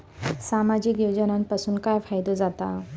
सामाजिक योजनांपासून काय फायदो जाता?